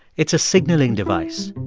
it's a signaling device.